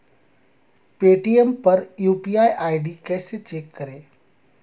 Paytm पर UPI ID कैसे check करें?